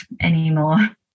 anymore